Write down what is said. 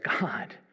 God